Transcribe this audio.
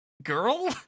Girl